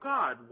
God